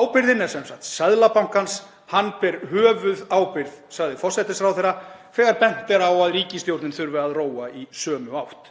Ábyrgðin er sem sagt Seðlabankans. Hann ber höfuðábyrgð, sagði forsætisráðherra þegar bent er á að ríkisstjórnin þurfi að róa í sömu átt.